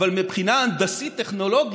אבל מבחינה הנדסית-טכנולוגית